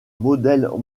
modèle